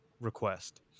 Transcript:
request